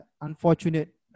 Unfortunate